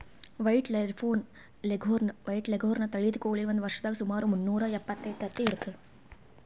white leghorn ತಳಿದ್ ಕೋಳಿ ಒಂದ್ ವರ್ಷದಾಗ್ ಸುಮಾರ್ ಮುನ್ನೂರಾ ಎಪ್ಪತ್ತೊಂದು ತತ್ತಿ ಇಡ್ತದ್